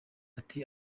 ati